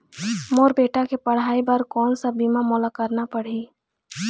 मोर बेटा के पढ़ई बर कोन सा बीमा मोला करना पढ़ही?